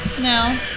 No